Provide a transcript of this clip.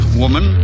woman